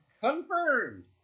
confirmed